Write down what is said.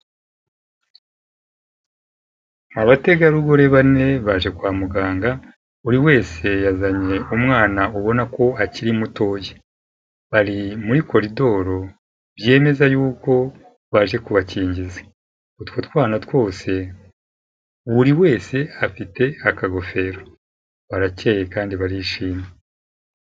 Abategarugori bane baje kwa muganga buri wese yazanye umwana ubona ko akiri mutoya, bari muri koridoro byemeza yuko baje kubakingiza. Utwo twana twose buri wese afite akagofero barakeye kandi barishimye.